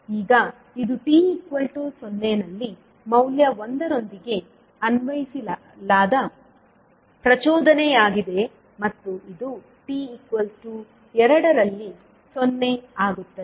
ಈಗ ಇದು t0 ನಲ್ಲಿ ಮೌಲ್ಯ 1 ರೊಂದಿಗೆ ಅನ್ವಯಿಸಲಾದ ಪ್ರಚೋದನೆಯಾಗಿದೆ ಮತ್ತು ಇದು t2 ನಲ್ಲಿ 0 ಆಗುತ್ತದೆ